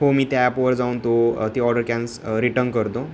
हो मी त्या ॲपवर जाऊन तो ती ऑर्डर कॅन्स रिटर्न करतो